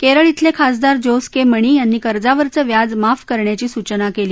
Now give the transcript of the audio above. केरळ इथले खासदार जोस के मणी यांनी कर्जावरचं व्याज माफ करण्याची सूचना केली